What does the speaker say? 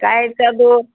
গায়ের চাদর